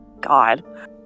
God